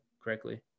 correctly